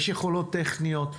יש יכולות טכניות,